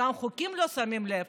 גם לחוקים לא שמים לב.